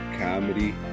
comedy